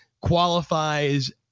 qualifies